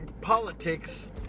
politics